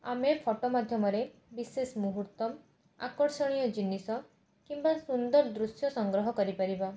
ଆମେ ଫଟୋ ମାଧ୍ୟମରେ ବିଶେଷ ମୁହୂର୍ତ୍ତ ଆକର୍ଷଣୀୟ ଜିନିଷ କିମ୍ବା ସୁନ୍ଦର ଦୃଶ୍ୟ ସଂଗ୍ରହ କରିପାରିବା